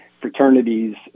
fraternities